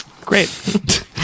Great